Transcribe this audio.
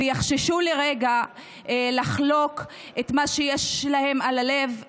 ויחששו לרגע לחלוק את מה שיש להם על הלב,